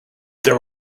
there